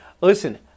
Listen